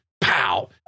Pow